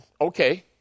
Okay